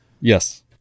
yes